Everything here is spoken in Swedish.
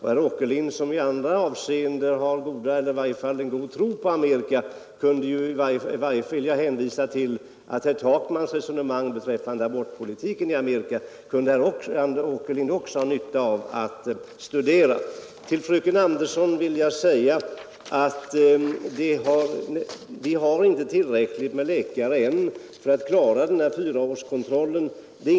Herr Åkerlind som i-andra avseenden har en god tro på Amerika kunde ju ha nytta av att studera herr Takmans resonemang beträffande abortpolitiken i Amerika. Till fröken Andersson i Stockholm vill jag säga att vi ännu inte har tillräckligt med läkare för att klara 4-årskontrollen.